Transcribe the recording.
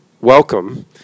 welcome